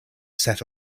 set